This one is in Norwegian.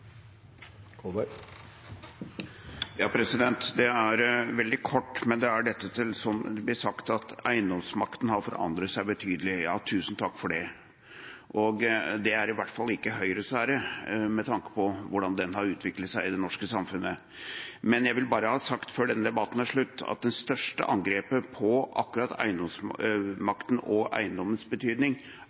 Det blir veldig kort, og det er til dette som ble sagt om at eiendomsmakten har forandret seg betydelig. Ja, tusen takk for det, og det er i hvert fall ikke Høyre til ære, med tanke på hvordan den har utviklet seg i det norske samfunnet. Jeg vil bare ha sagt før denne debatten er slutt, at det største angrepet på akkurat eiendomsmakten og eiendommens betydning